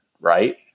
right